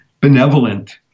benevolent